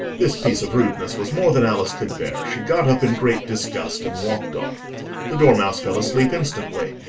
this piece of rudeness was more than alice could bear she got up in great disgust, and walked off the dormouse fell asleep instantly,